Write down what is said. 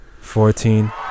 fourteen